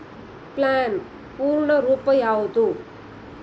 PAN ಪೂರ್ಣ ರೂಪ ಯಾವುದು?